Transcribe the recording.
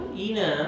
ina